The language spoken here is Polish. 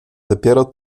dopiero